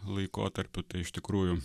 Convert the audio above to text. laikotarpiu tai iš tikrųjų